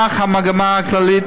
אך המגמה הכללית,